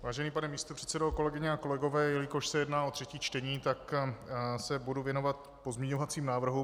Vážený pane místopředsedo, kolegyně a kolegové, jelikož se jedná o třetí čtení, tak se budu věnovat pozměňovacím návrhům.